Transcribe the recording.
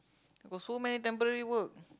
got so many temporary work